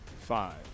Five